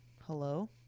hello